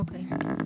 אוקיי.